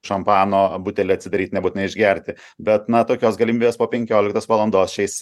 šampano butelį atsidaryt nebūtinai išgerti bet na tokios galimybės po penkioliktos valandos šiais